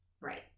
Right